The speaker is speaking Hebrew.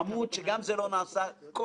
עמוד של תודות, ודבר כזה לא נעשה עד כה.